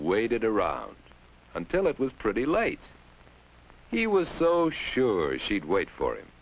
waited around until it was pretty late he was so sure she'd wait for him